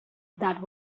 that